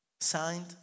signed